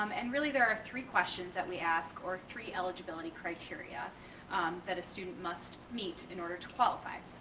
um and really there are three questions that we ask or three eligibility criteria that a student must meet in order to qualify.